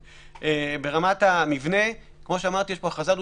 ברמת המבנה יש פה הכרזה דו-שלבית.